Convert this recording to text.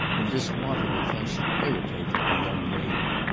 and this want of attention irritated the young lady.